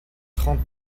trente